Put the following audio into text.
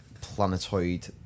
planetoid